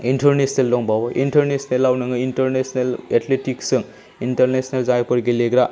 international दंबावो इन्टारनेसनेलआव नोङो इन्टारनेसनेल एथलेटिक्सजों इन्टारनेसनेल जायफोर गेलेग्रा